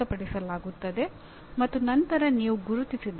ಪ್ರಾಯೋಗಿಕ ದೃಷ್ಟಿ ಮಾಡುವಂತಹ ಊಹೆ